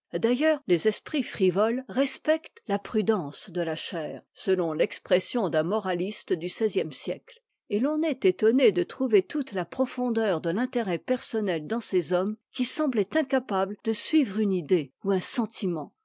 d'ailleurs les esprits frivoles respectent aprm mce a chair selon l'expression d'un moraliste du seizième siècle et l'on est étonné de trouver toute la profondeur de l'intérêt personnel dans ces hommes qui semblaient incapables de suivre une idée ou un sentiment